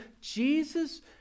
Jesus